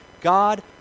God